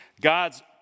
God's